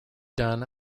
done